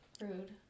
Rude